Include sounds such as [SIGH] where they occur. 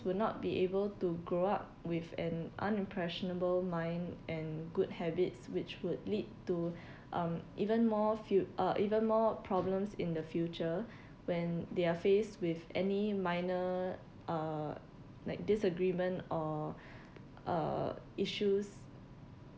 will not be able to grow up with an unimpressionable mind and good habits which would lead to [BREATH] um even more fu~ uh even more problems in the future [BREATH] when they are faced with any minor uh like disagreement or uh issues